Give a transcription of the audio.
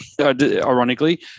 ironically